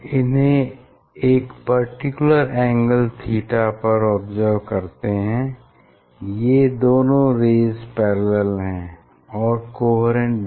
इन्हें हम एक पर्टिकुलर एंगल थीटा पर ऑब्ज़र्व करते हैं ये दोनों रेज़ पैरेलल हैं और कोहेरेंट भी